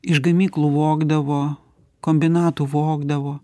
iš gamyklų vogdavo kombinatų vogdavo